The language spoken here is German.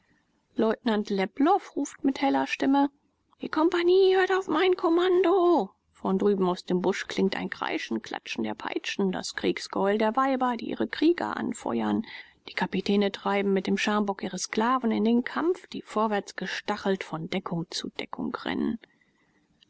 leutnant leplow ruft mit heller stimme die kompagnie hört auf mein kommando von drüben aus dem busch klingt ein kreischen klatschen der peitschen das kriegsgeheul der weiber die ihre krieger anfeuern die kapitäne treiben mit dem schambock ihre sklaven in den kampf die vorwärts gestachelt von deckung zu deckung rennen